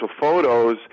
photos